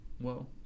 Whoa